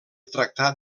tractar